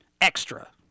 Extra